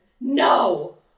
no